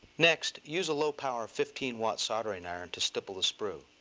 next, use a low-powered fifteen watt soldering iron to stipple the sprue.